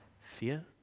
fear